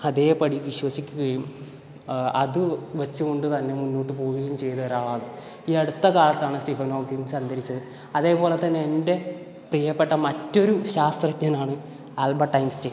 അതേപടി വിശ്വസിക്കുകയും അതുവച്ചു കൊണ്ട് തന്നെ മുന്നോട്ട് പോവുകയും ചെയ്ത ഒരാളാണ് ഈ അടുത്ത കാലത്താണ് സ്റ്റീഫൻ ഹോക്കിൻസ് അന്തരിച്ചത് അതേപോലെ തന്നെ എൻ്റെ പ്രിയപ്പെട്ട മറ്റൊരു ശാസ്ത്രജ്ഞനാണ് ആൽബർട്ട് ഐൻസ്റ്റീൻ